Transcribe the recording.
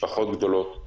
משפחות גדולות,